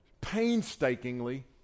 painstakingly